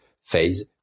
phase